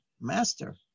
master